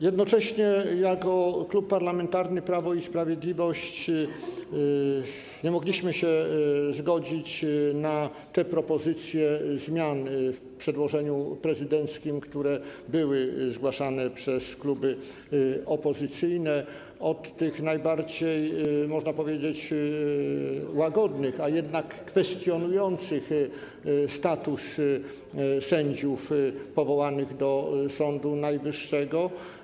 Jednocześnie jako Klub Parlamentarny Prawo i Sprawiedliwość nie mogliśmy się zgodzić na te propozycje zmian w przedłożeniu prezydenckim, które były zgłaszane przez kluby opozycyjne, od tych najbardziej, można powiedzieć, łagodnych, a jednak kwestionujących status sędziów powołanych do Sądu Najwyższego.